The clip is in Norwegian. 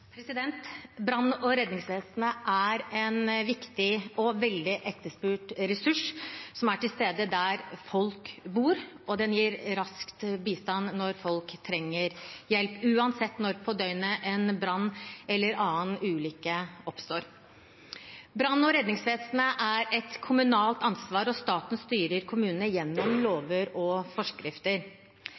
Brann- og redningsvesenet er en viktig og veldig etterspurt ressurs, som er til stede der folk bor, og den gir raskt bistand når folk trenger hjelp, uansett når på døgnet en brann eller annen ulykke oppstår. Brann- og redningsvesenet er et kommunalt ansvar, og staten styrer kommunene gjennom lover og forskrifter.